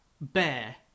Bear